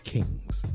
Kings